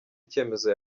icyemezo